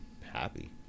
happy